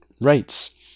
rates